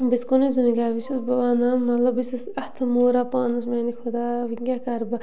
بہٕ چھَس کُنُے زٔنی گَرٕ وۄنۍ چھَس بہٕ وَنان مطلب بہٕ چھَس اَتھٕ موٗران پانَس میٛانہِ خۄدایہ وٕنۍ کیٛاہ کَرٕ بہٕ